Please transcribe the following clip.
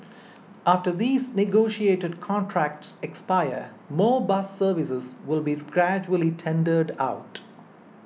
after these negotiated contracts expire more bus services will be gradually tendered out